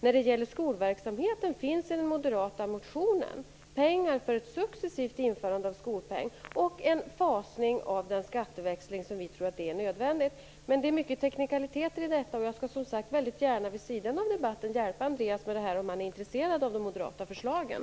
När det gäller skolverksamheten finns i den moderata motionen pengar föreslagna för ett successivt införande av skolpeng och en fasning av den skatteväxling som vi tror är nödvändig. Men det är mycket teknikaliteter i detta. Jag hjälper som sagt väldigt gärna vid sidan av debatten Andreas Carlgren med detta om han är intresserad av de moderata förslagen.